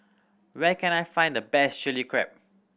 where can I find the best Chili Crab